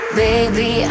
baby